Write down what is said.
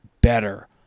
better